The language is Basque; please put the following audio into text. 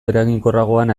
eraginkorragoan